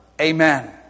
Amen